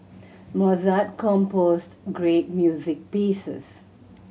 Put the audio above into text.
Mozart composed great music pieces